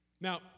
Now